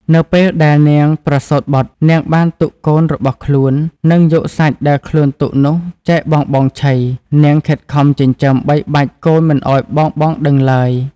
នៅពេលដែលនាងប្រសូតបុត្រ នាងបានទុកកូនរបស់ខ្លួន និងយកសាច់ដែលខ្លួនទុកនោះចែកបងៗឆី នាងខិតខំចិញ្ចឹមបីបាច់កូនមិនឲ្យបងៗដឹងឡើយ។